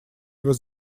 was